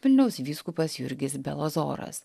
vilniaus vyskupas jurgis belozoras